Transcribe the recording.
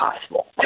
possible